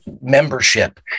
membership